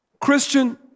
Christian